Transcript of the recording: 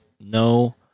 no